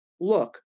look